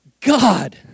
God